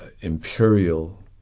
imperial